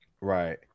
Right